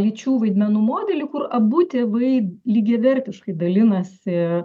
lyčių vaidmenų modelį kur abu tėvai lygiavertiškai dalinasi